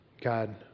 God